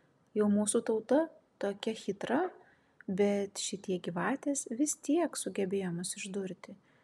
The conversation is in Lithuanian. jau mūsų tauta tokia chytra bet šitie gyvatės vis tiek sugebėjo mus išdurti